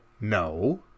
No